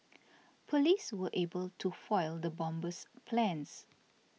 police were able to foil the bomber's plans